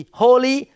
holy